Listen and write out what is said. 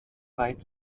weit